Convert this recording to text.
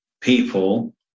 people